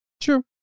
Sure